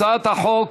הצעת החוק